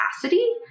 capacity